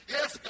Yes